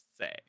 say